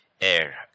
air